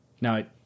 Now